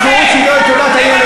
לבטל, לבטל, משמעות שהיא לא לטובת הילד,